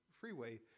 freeway